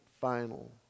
final